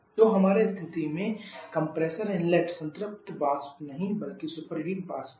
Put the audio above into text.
तो हमारे स्थिति में कंप्रेसर इनलेट संतृप्त वाष्प नहीं बल्कि सुपरहीट वाष्प है